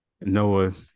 Noah